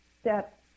step